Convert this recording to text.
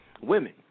women